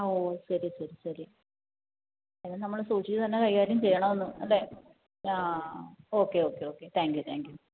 ഓ ശരി ശരി ശരി അത് നമ്മൾ സൂക്ഷിച്ച് തന്നെ കൈകാര്യം ചെയ്യണമെന്ന് അല്ലേ ആ okay okay okay thank you thank U